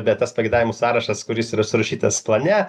tas pageidavimų sąrašas kuris yra surašytas plane